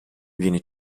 viene